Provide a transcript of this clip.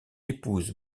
épouse